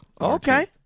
Okay